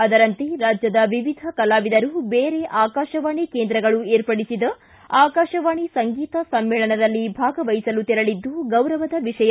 ಅದರಂತೆ ರಾಜ್ಯದ ವಿವಿಧ ಕಲಾವಿದರು ಬೇರೆ ಆಕಾಶವಾಣಿ ಕೇಂದ್ರಗಳು ಏರ್ಪಡಿಸಿದ ಆಕಾಶವಾಣಿ ಸಂಗೀತ ಸಮ್ಮೇಳನದಲ್ಲಿ ಭಾಗವಹಿಸಲು ತೆರಳಿದ್ದು ಗೌರವದ ವಿಷಯ